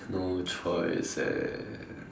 no choice eh